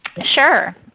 Sure